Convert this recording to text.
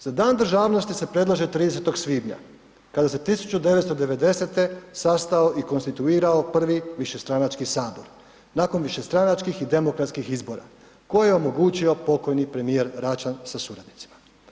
Za Dan državnosti se predlaže 30. svibnja kada se 1990. sastao i konstituirao višestranački Sabor nakon višestranačkih i demokratskih izbora koji je omogućio premijer Račan sa suradnicima.